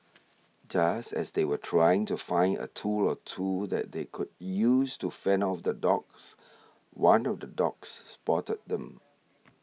just as they were trying to find a tool or two that they could use to fend off the dogs one of the dogs spotted them